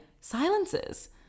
silences